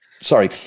sorry